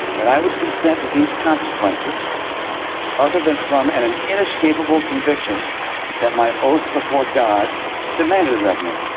that i would consent to these consequences other than from an an inescapable conviction that my oath before god demanded it of me?